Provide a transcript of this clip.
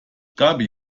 gaby